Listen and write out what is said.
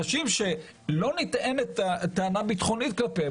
אלה אנשים שלא נטענת טענה ביטחונית כלפיהם.